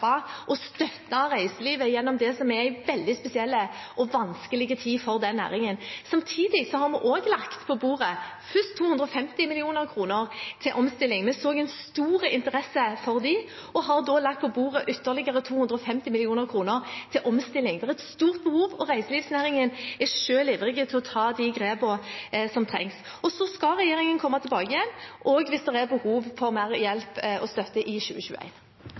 og støtte reiselivet gjennom en veldig spesiell og vanskelig tid for den næringen. Samtidig har vi også lagt på bordet først 250 mill. kr til omstilling. Vi så en stor interesse for det og har da lagt på bordet ytterligere 250 mill. kr til omstilling. Det er et stort behov, og reiselivsnæringen er selv ivrig etter å ta de grepene som trengs. Så skal regjeringen også komme tilbake, hvis det er behov for mer hjelp og støtte, i